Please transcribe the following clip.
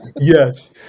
Yes